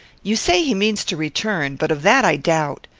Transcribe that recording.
you say he means to return but of that i doubt.